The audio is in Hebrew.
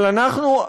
אבל אנחנו,